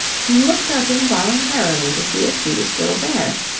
he looked up involuntarily to see if she was still there,